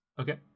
Okay